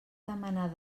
demanar